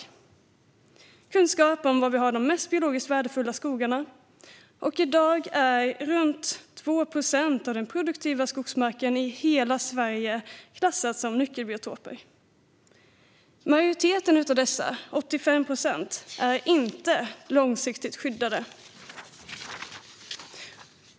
Det är kunskap om var vi har de mest biologiskt värdefulla skogarna. I dag är omkring 2 procent av den produktiva skogsmarken i hela Sverige klassad som nyckelbiotoper. Majoriteten av dessa, 85 procent, är inte långsiktigt skyddade.